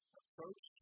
approach